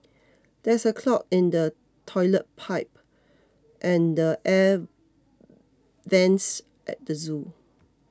there is a clog in the Toilet Pipe and the Air Vents at the zoo